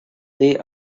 they